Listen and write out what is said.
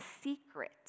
secret